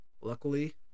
Luckily